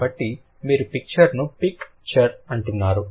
కాబట్టి మీరు పిక్చర్ ను పిక్ చర్ అంటున్నారు